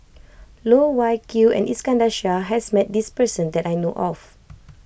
Loh Wai Kiew and Iskandar Shah has met this person that I know of